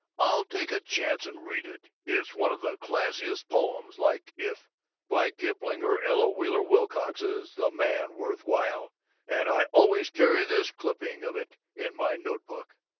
i'll take a chance and read it. it's one of the classic poems, like if by kipling, or ella wheeler wilcox's the man worth while and i always carry this clipping of it in my note-book